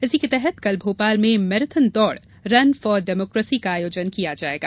इसी के तहत कल भोपाल में मैराथन दौड़ रन फॉर डेमोकेसी का आयोजन किया जायेगा